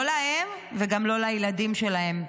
לא להם וגם לא לילדים שלהם.